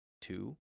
two